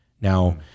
Now